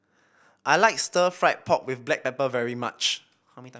I like Stir Fried Pork with Black Pepper very much